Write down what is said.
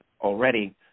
already